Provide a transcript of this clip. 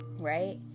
right